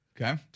Okay